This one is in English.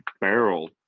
barrel